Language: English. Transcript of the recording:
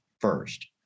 first